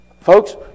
Folks